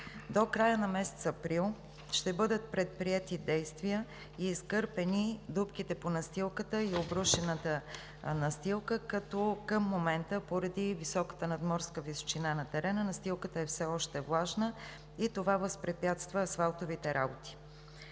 До края на месец април ще бъдат предприети действия и изкърпени дупките по настилката и обрушената настилка, като към момента поради високата надморска височина на терена настилката е все още влажна и това възпрепятства асфалтовите работи.